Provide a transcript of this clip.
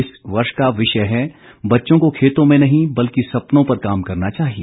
इस वर्ष का विषय है बच्चों को खेतों में नहीं बल्कि सपनों पर काम करना चाहिए